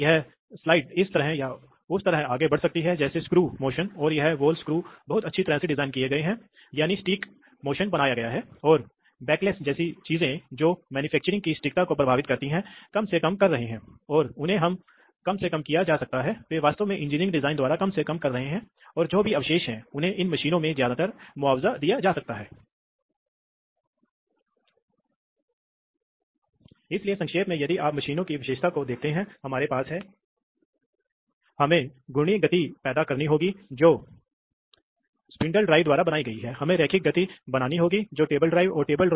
आपके पास इसी तरह आप जान सकते हैं आप कभी कभी चाहते हैं कि एक तुल्यकालन सिंक्रोनाइजेशन उद्देश्यों के लिए आप चाहेंगे कि एक एक्ट्यूएटर लगाने के बाद तीन वाल्व वास्तव में एक के बाद एक आगे बढ़ेंगे इसलिए यदि आपको इस अवधारणा का एहसास करना है एक के बाद एक आपको धीरे धीरे बढ़ते समय की देरी पैदा करनी होगी जिसके बाद इस वाल्व को निष्पादित किया जाना चाहिए स्थानांतरित किया जाएगा